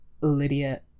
Lydia